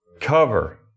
Cover